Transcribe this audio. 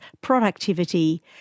productivity